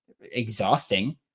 Exhausting